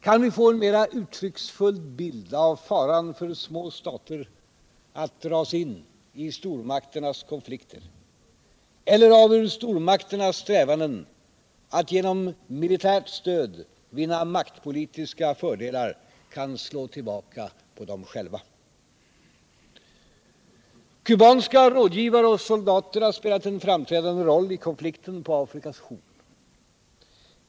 Kan vi få en mera uttrycksfull bild av faran för små stater att dras in i stormakternas konflikter, eller av hur stormakternas strävanden att genom militärt stöd vinna maktpolitiska fördelar kan slå tillbaka på dem själva? Kubanska rådgivare och soldater har spelat en framträdande roll i konflikten på Afrikas horn.